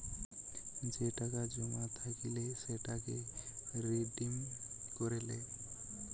যে টাকা জমা থাইকলে সেটাকে রিডিম করে লো